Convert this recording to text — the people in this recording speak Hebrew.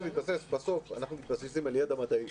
בסוף אנחנו מתבססים על ידע מדעי.